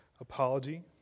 apology